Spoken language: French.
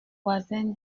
voisin